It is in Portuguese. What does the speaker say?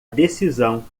decisão